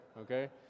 okay